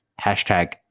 Hashtag